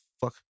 fuck